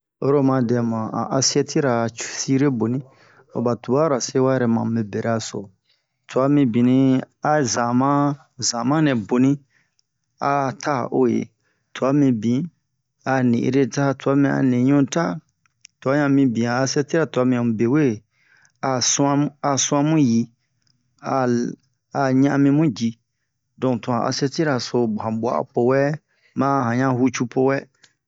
Oyi ro oma dɛmu han asiɛrira sire boni o ba tubara se wa yɛrɛ ma mube bera so twa mibini a zama zama nɛ boni a ta o ye twa mibin a'a ni-ere ta twa mibin a'a niɲu ta twa yan mibin han asiɛtira twa mibin a mu be we a su'an a su'an mu yi al a ɲa'ami mu ji don to han asiɛtira so han bu'a po wɛ ma han yan hucu po wɛ